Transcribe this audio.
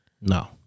No